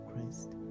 Christ